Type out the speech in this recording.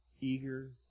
Eager